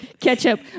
Ketchup